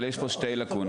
אבל יש פה שתי לקונות,